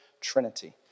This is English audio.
Trinity